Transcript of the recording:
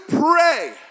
pray